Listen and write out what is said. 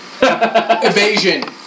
evasion